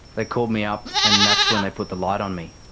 they called me up and that's when they put the light on me,